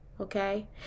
Okay